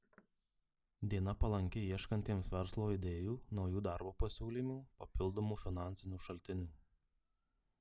diena palanki ieškantiems verslo idėjų naujų darbo pasiūlymų papildomų finansinių šaltinių